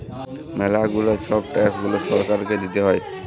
ম্যালা গুলা ছব ট্যাক্স গুলা সরকারকে দিতে হ্যয়